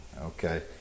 Okay